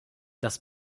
das